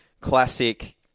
classic